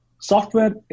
software